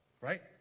right